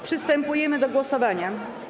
Przystępujemy do głosowania.